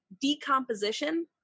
decomposition